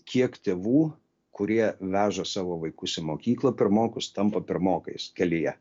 kiek tėvų kurie veža savo vaikus į mokyklą pirmokus tampa pirmokais kelyje